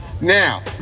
Now